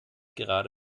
gerade